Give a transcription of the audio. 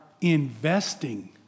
investing